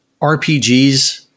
RPGs